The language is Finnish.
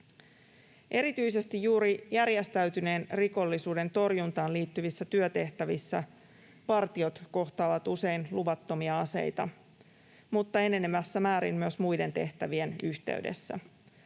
Erityisesti juuri järjestäytyneen rikollisuuden torjuntaan liittyvissä työtehtävissä partiot kohtaavat usein luvattomia aseita, mutta enenevässä määrin myös muiden tehtävien yhteydessä.